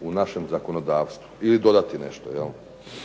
u našem zakonodavstvu ili dodati nešto.